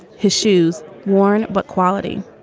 his shoes worn, but quality.